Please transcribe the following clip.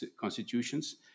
constitutions